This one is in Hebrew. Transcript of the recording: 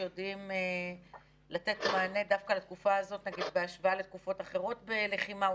יודעים לתת מענה דווקא לתקופה הזאת בהשוואה לתקופות אחרות בלחימה.